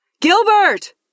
Gilbert